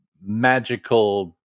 magical